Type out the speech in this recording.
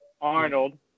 Arnold